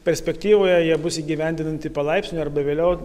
perspektyvoje jie bus įgyvendinti palaipsniui arba vėliau